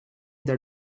that